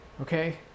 Okay